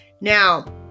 Now